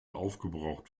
aufgebraucht